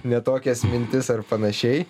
ne tokias mintis ar panašiai